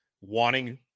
wanting